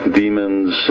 demons